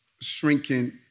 shrinking